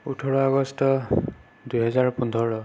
ওঠৰ আগষ্ট দুহেজাৰ পোন্ধৰ